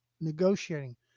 negotiating